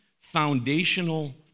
foundational